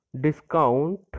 discount